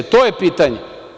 To je pitanje.